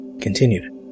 Continued